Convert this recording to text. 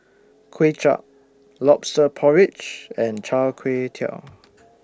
Kuay Chap Lobster Porridge and Char Kway Teow